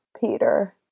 Peter